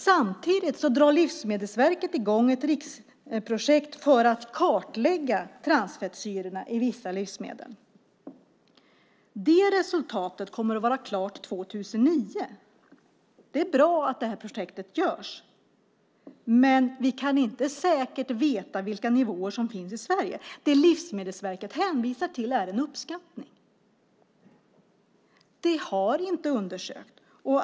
Samtidigt drar Livsmedelsverket i gång ett riksprojekt för att kartlägga transfettsyrorna i vissa livsmedel. Det resultatet kommer att vara klart 2009. Det är bra att projektet görs, men vi kan inte säkert veta vilka nivåer som finns i Sverige. Det som Livsmedelsverket hänvisar till är en uppskattning. Det har inte undersökts.